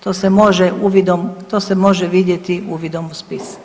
To se može uvidom, to se može vidjeti uvidom u spis.